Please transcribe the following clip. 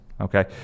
Okay